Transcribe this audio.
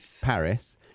Paris